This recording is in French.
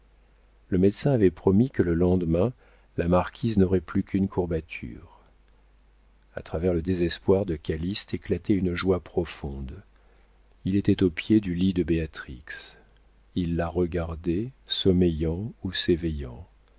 le médecin avait promis que le lendemain la marquise n'aurait plus qu'une courbature a travers le désespoir de calyste éclatait une joie profonde il était au pied du lit de béatrix il la regardait sommeillant ou s'éveillant